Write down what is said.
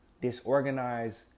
disorganized